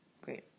Great